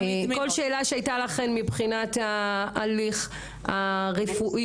על ההליך הרפואי?